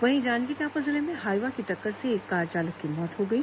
वहीं जांजगीर चांपा जिले में हाइवा की टक्कर से कार चालक की मौत हो गई